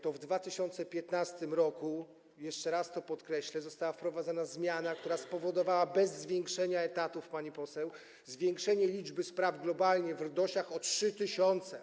To w 2015 r., jeszcze raz to podkreślę, została wprowadzona zmiana, która spowodowała bez zwiększenia liczby etatów, pani poseł, zwiększenie liczby spraw globalnie w RDOŚ o 3 tys.